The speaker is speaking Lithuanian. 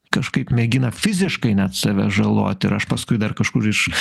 kažkaip mėgina fiziškai net save žalot ir aš paskui dar kažkur iš